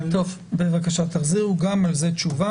בבקשה תחזירו גם על זה תשובה.